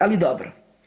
Ali dobro.